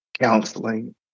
counseling